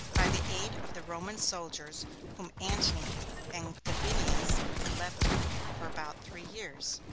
by the aid of the roman soldiers whom antony and gabinius had left him, for about three years.